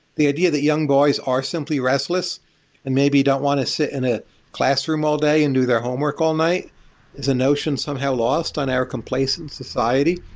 the idea that young boys are simply restless and maybe don't want to sit in a classroom all day and do their homework all night is a notion somehow lost on our complacent society.